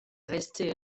resté